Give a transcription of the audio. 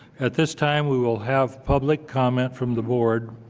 at this time we will have public comment from the board